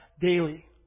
daily